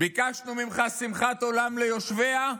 ביקשנו ממך שמחת עולם ליושביה,